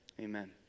Amen